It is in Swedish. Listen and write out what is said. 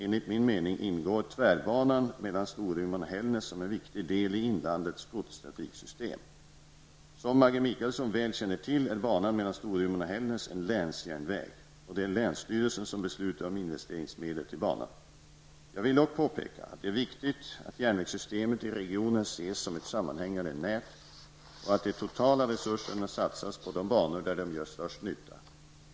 Enligt min mening ingår tvärbanan mellan Storuman och Hällnäs som en viktig del i inlandets godstrafiksystem. Som Maggi Mikaelsson väl känner till är banan mellan Storuman och Hällnäs en länsjärnväg, och det är länsstyrelsen som beslutar om investeringsmedel till banan. Jag vill dock påpeka att det är viktigt att järnvägssystemet i regionen ses som ett sammanhängande nät och att de totala resurserna satsas på de banor där de gör störst nytta.